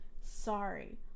Sorry